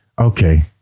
Okay